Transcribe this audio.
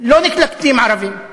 לא נקלטים ערבים.